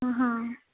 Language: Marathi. हां